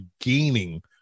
gaining